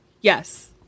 yes